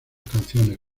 canciones